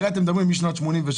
הרי אתם מדברים משנת 1986,